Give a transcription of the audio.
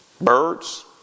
Birds